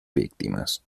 víctimas